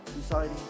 deciding